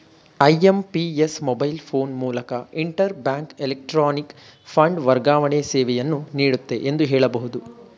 IMPS mobile phone ಮೂಲಕ inter bank electronic fund ವರ್ಗಾವಣೆ ಸೇವೆಯನ್ನು ನೀಡುತ್ತೆ ಎಂದು ಹೇಳಬಹುದು